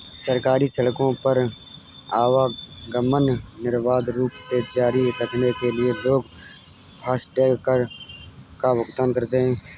सरकारी सड़कों पर आवागमन निर्बाध रूप से जारी रखने के लिए लोग फास्टैग कर का भुगतान करते हैं